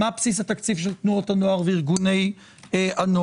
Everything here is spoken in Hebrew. מה בסיס התקציב של תנועות הנוער וארגוני הנוער?